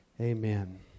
Amen